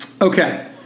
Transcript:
Okay